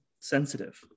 sensitive